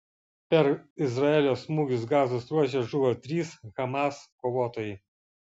per izraelio smūgius gazos ruože žuvo trys hamas kovotojai